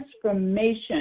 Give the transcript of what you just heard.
transformation